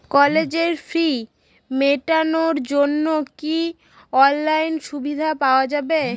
কলেজের ফি মেটানোর জন্য কি অনলাইনে সুবিধা পাওয়া যাবে?